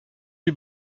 you